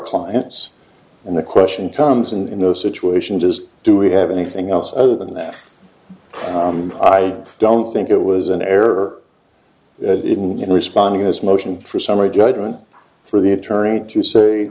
clients and the question comes in those situations is do we have anything else other than that i don't think it was an error in your responding as motion for summary judgment for the attorney to say